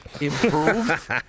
Improved